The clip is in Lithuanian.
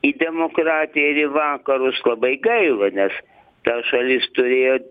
į demokratiją ir į vakarus labai gaila nes ta šalis turėjo